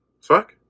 Fuck